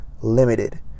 limited